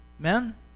Men